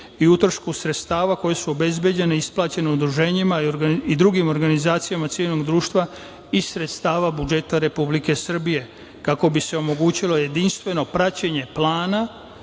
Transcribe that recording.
i utrošku sredstava koja su obezbeđena, isplaćena udruženjima i drugim organizacijama civilnog društva iz sredstava budžeta Republike Srbije, kako bi se omogućilo jedinstveno praćenje plana